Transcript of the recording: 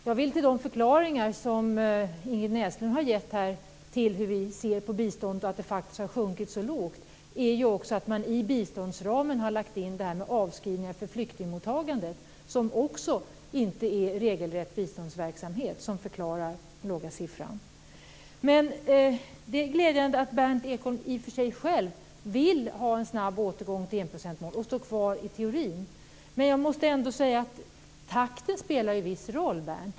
Jag vill till de förklaringar som Ingrid Näslund här har gett om hur vi ser på biståndet - som faktiskt har sjunkit och nu ligger väldigt lågt - säga att man i biståndsramen har lagt in detta med avskrivningar för flyktingmottagandet, som inte är regelrätt biståndsverksamhet. Därmed förklaras den låga siffran. Det är glädjande att Berndt Ekholm själv i och för sig vill ha en snabb återgång till enprocentsmålet och att han i teorin står fast vid det. Jag måste ändå säga, Berndt Ekholm, att takten spelar en viss roll.